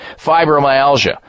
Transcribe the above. fibromyalgia